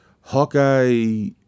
Hawkeye